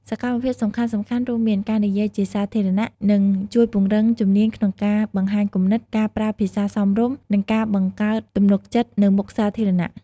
សកម្មភាពសំខាន់ៗរួមមាន ការនិយាយជាសាធារណៈ និងជួយពង្រឹងជំនាញក្នុងការបង្ហាញគំនិត ការប្រើភាសាសមរម្យ និងការបង្កើតទំនុកចិត្តនៅមុខសាធារណៈ។